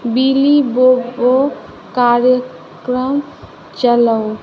बिली बोबो कार्यक्रम चलाउ